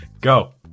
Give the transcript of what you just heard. Go